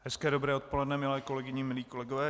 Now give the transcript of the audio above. Hezké dobré odpoledne, milé kolegyně, milí kolegové.